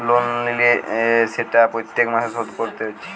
loan লিলে সেটা প্রত্যেক মাসে শোধ কোরতে হচ্ছে